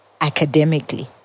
academically